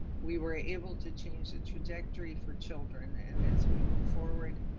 we were able to change the trajectory for children and as we move forward,